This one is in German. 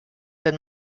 wenn